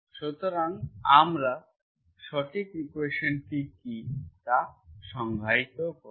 সুতরাং আমরা সঠিক ইকুয়েশনটি কী তা সংজ্ঞায়িত করব